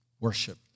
Worship